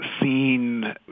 seen